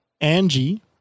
Angie